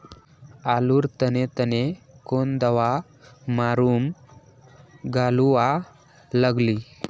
आलूर तने तने कौन दावा मारूम गालुवा लगली?